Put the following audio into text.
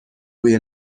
روی